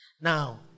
Now